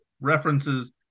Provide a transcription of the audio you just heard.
references